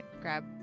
grab